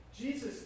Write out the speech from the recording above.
Jesus